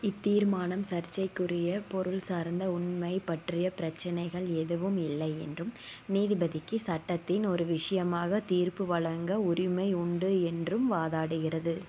இத்தீர்மானம் சர்ச்சைக்குரிய பொருள் சார்ந்த உண்மை பற்றிய பிரச்சினைகள் எதுவும் இல்லை என்றும் நீதிபதிக்கு சட்டத்தின் ஒரு விஷயமாக தீர்ப்பு வழங்க உரிமை உண்டு என்றும் வாதாடுகிறது